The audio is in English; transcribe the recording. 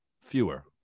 Fewer